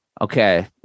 okay